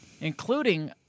Including